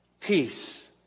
Peace